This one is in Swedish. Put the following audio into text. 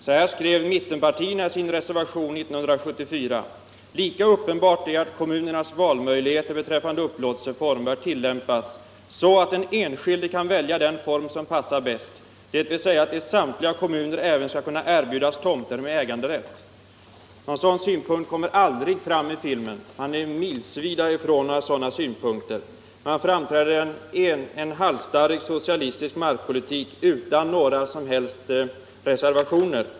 Så här skrev mittenpartierna i sin reservation 1974: ”Lika uppenbart är att kommunernas valmöjligheter beträffande upplåtelseform bör tillämpas så att den enskilde kan välja den form som passar bäst, dvs. att det i samtliga kommuner även skall kunna erbjudas tomter med äganderätt.” Någon sådan synpunkt kommer aldrig fram i filmen. Man är milsvitt ifrån sådana tankegångar. Man framför en halsstarrig socialistisk markpolitik utan några som helst reservationer.